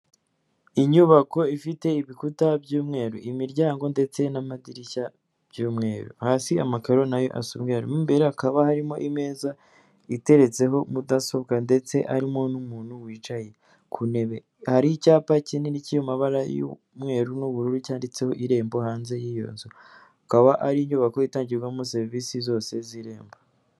Inyubako ifite ibikuta by'umweru, imiryango ndetse n'amadirishya by'umweru, hasi amakaro na yo asa umweru, mo imbere hakaba harimo ameza iteretseho mudasobwa ndetse harimo n'umuntu wicaye ku ntebe, hari icyapa kinini kiri mu mabara y'umweru n'ubururu cyanditseho irembo hanze y'iyo nzu. Ikaba ari inyubako itangirwamo serivisi zose z'irembo.